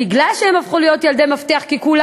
בגלל שהם הפכו להיות "ילדי מפתח" כי כולם